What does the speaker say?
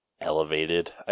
elevated